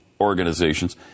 organizations